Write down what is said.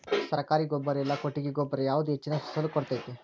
ಸರ್ಕಾರಿ ಗೊಬ್ಬರ ಇಲ್ಲಾ ಕೊಟ್ಟಿಗೆ ಗೊಬ್ಬರ ಯಾವುದು ಹೆಚ್ಚಿನ ಫಸಲ್ ಕೊಡತೈತಿ?